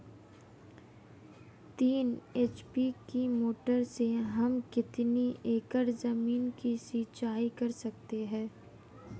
तीन एच.पी की मोटर से हम कितनी एकड़ ज़मीन की सिंचाई कर सकते हैं?